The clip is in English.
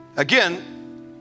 Again